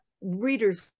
readers